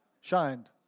shined